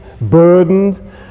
burdened